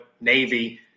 Navy